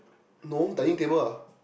no dining table ah